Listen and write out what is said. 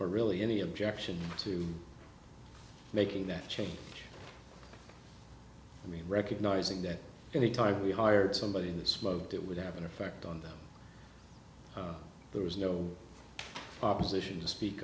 or really any objection to making that change i mean recognizing that anytime we hired somebody in the smoke that would have an effect on them there was no opposition to speak